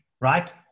right